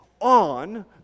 on